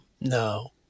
No